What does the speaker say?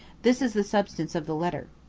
this is the substance of the letter